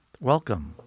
Welcome